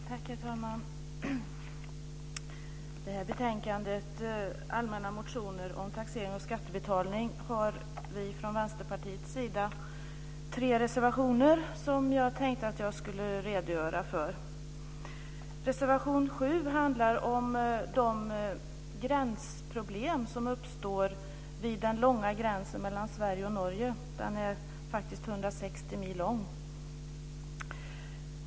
Herr talman! I det här betänkandet, Allmänna motioner om taxering och skattebetalning, har vi från Vänsterpartiets sida tre reservationer som jag tänkte att jag skulle redogöra för. Reservation 7 handlar om de gränsproblem som uppstår vid den långa gränsen mellan Sverige och Norge. Denna gräns är faktiskt 160 mil lång.